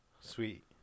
sweet